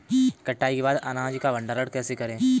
कटाई के बाद अनाज का भंडारण कैसे करें?